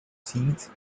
seeds